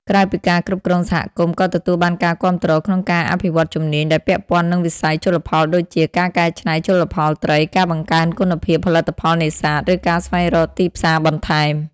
ក្រៅពីការគ្រប់គ្រងសហគមន៍ក៏ទទួលបានការគាំទ្រក្នុងការអភិវឌ្ឍជំនាញដែលពាក់ព័ន្ធនឹងវិស័យជលផលដូចជា ការកែច្នៃជលផលត្រី ការបង្កើនគុណភាពផលិតផលនេសាទ ឬការស្វែងរកទីផ្សារបន្ថែម។